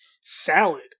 Salad